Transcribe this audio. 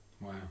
Wow